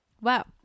Wow